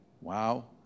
Wow